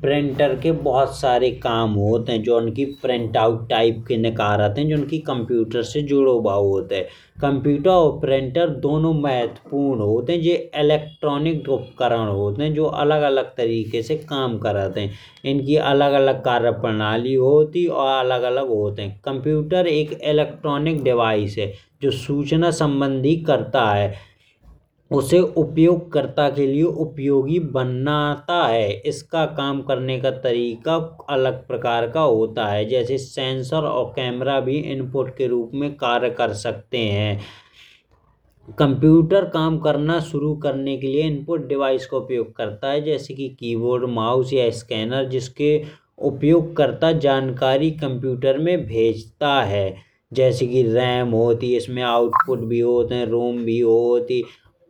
प्रिंटर के बहुत सारे काम होत हैं। जॉन की प्रिंटआउट टाइप के निकालत हैं जॉन की कंप्यूटर से जूड़ो भाव होत हैं। कंप्यूटर और प्रिंटर दोनो महत्वपूर्ण होत हैं इलेक्ट्रोनिक उपकरण होत हैं जॉन की अलग-अलग तरीके से काम करत होत हैं। इनकी अलग अलग कार्य प्रणालि होत हैं। और अलग अलग होत हैं। कंप्यूटर एक इलेक्ट्रोनिक डिवाइस हैं जों सूचना संबंधी करता हैं। उसे उपयोग करता के लिए उपयोगी बनात हैं। इसका काम करने का तरीका अलग प्रकार का होता हैं जैसे सेंसर और कैमरा इनपुट के रूप में कार्य कर सकते हैं। कंप्यूटर काम करने शुरू करने के लिए इनपुट डिवाइस का उपयोग करता हैं। जैसे की कीबोर्ड माउस या स्कैनर जिनके उपयोग करता जानकारी कंप्यूटर में भेजता है जैसे की रैम होत है। इसमें आउटपुट भी होत है रोम भी होत ही।